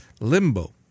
Limbo